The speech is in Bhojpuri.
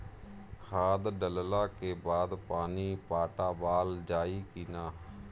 खाद डलला के बाद पानी पाटावाल जाई कि न?